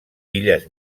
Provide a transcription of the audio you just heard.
illes